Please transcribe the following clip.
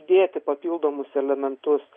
dėti papildomus elementus